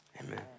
Amen